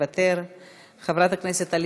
חבר הכנסת אכרם חסון,